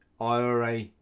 IRA